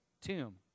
tomb